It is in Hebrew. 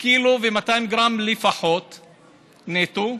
1.2 ק"ג לפחות נטו,